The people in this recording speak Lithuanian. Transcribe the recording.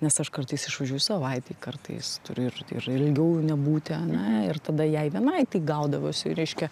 nes aš kartais išvažiuoju savaitei kartais turiu ir ir ilgiau nebūti ane ir tada jai vienai tai gaudavosi reiškia